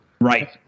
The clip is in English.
Right